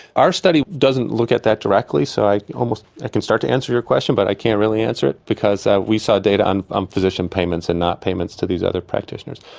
our study doesn't look at that directly, so i almost. i can start to answer your question, but i can't really answer it, because we saw data on um physician payments and not payments to these other practitioners.